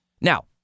Now